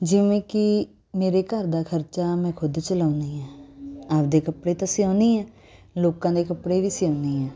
ਜਿਵੇਂ ਕਿ ਮੇਰੇ ਘਰ ਦਾ ਖਰਚਾ ਮੈਂ ਖੁਦ ਚਲਾਉਂਦੀ ਹਾਂ ਆਪਦੇ ਕੱਪੜੇ ਤਾਂ ਸਿਉਂਦੀ ਹਾਂ ਲੋਕਾਂ ਦੇ ਕੱਪੜੇ ਵੀ ਸਿਉਂਦੀ ਹਾਂ